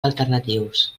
alternatius